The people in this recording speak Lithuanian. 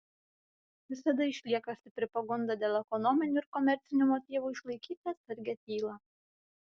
visada išlieka stipri pagunda dėl ekonominių ir komercinių motyvų išlaikyti atsargią tylą